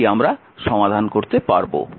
তাই এটি আমরা সমাধান করতে পারব